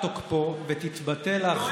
על פי המוצע,